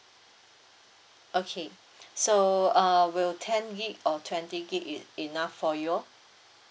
okay so uh will ten gig or twenty gig it enough for you